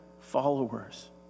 followers